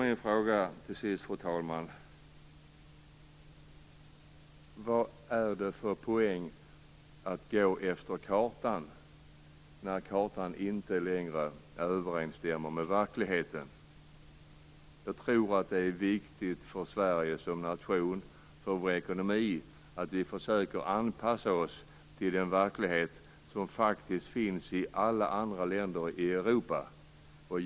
Min fråga blir: Vad är det för poäng att gå efter kartan, när kartan inte längre överensstämmer med verkligheten? Jag tror att det är viktigt för Sverige som nation, för vår ekonomi, att vi försöker anpassa oss till den verklighet som faktiskt finns i alla andra länder i Europa.